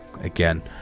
again